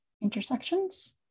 Intersections